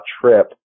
trip